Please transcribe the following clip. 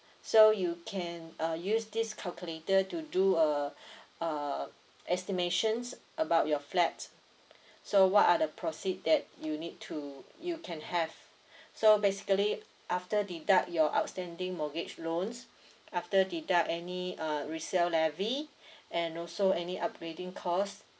so you can uh use this calculator to do uh uh estimations about your flat so what are the profit that you need to you can have so basically after deduct your outstanding mortgage loans after deduct any err resale levy and also any upgrading cost